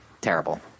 terrible